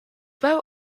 beaux